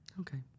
Okay